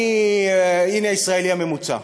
הנה הישראלי הממוצע,